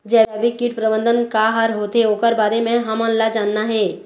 जैविक कीट प्रबंधन का हर होथे ओकर बारे मे हमन ला जानना हे?